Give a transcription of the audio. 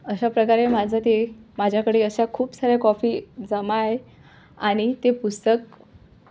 अशा प्रकारे माझं ते माझ्याकडे अशा खूप साऱ्या कॉफी जमा आहे आणि ते पुस्तक